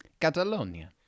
Catalonia